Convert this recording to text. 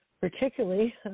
particularly